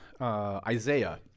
Isaiah